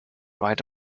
write